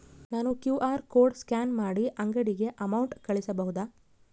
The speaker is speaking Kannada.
ನಾನು ಕ್ಯೂ.ಆರ್ ಕೋಡ್ ಸ್ಕ್ಯಾನ್ ಮಾಡಿ ಅಂಗಡಿಗೆ ಅಮೌಂಟ್ ಕಳಿಸಬಹುದಾ?